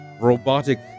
robotic